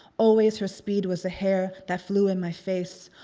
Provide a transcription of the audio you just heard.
always her speed was the hair that flew in my face.